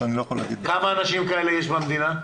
כמה אנשים כאלה יש במדינה?